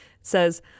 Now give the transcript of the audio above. says